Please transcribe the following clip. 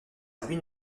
ruines